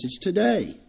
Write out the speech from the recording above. today